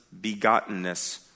begottenness